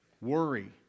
Worry